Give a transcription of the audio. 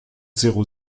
zéro